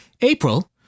April